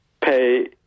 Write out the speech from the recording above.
pay